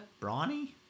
Brawny